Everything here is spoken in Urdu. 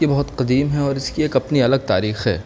یہ بہت قدیم ہیں اور اس کی ایک اپنی الگ تاریخ ہے